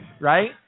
right